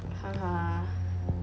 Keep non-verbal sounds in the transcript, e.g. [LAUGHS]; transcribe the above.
[LAUGHS]